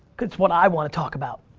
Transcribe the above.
it's what i want to talk about.